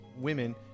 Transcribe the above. women